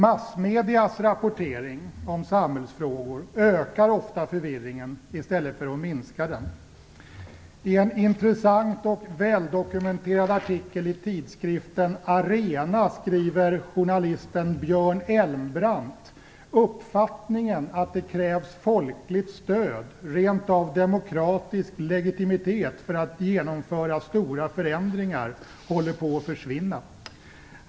Massmediernas rapportering om samhällsfrågor ökar ofta förvirringen i stället för att minska den. I en intressant och väldokumenterad artikel i tidskriften Arena skriver journalisten Björn Elmbrant: Uppfattningen att det kärvs folkligt stöd, rentav demokratisk legitimitet, för att genomföra stora förändringar håller på att försvinna.